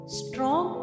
strong